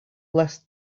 less